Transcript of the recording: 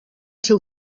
seu